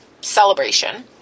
celebration